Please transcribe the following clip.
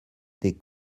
des